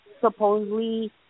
supposedly